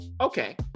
Okay